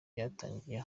byatangiriye